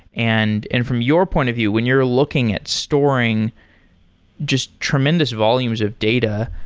and and from your point of view, when you're looking at storing just tremendous volumes of data,